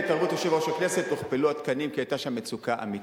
בהתערבות יושב-ראש הכנסת הוכפלו התקנים כי היתה שם מצוקה אמיתית.